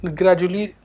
gradually